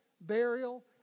burial